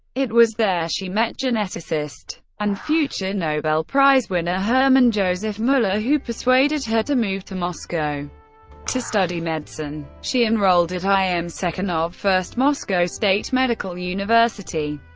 it was there she met geneticist and future nobel prize winner hermann joseph muller, who persuaded her to move to moscow to study medicine. she enrolled at i m. sechenov first moscow state medical university,